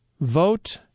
vote